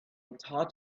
thought